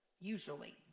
usually